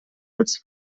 als